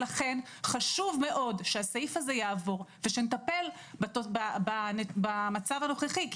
לכן חשוב מאוד שהסעיף הזה יעבור ושנטפל במצב הנוכחי,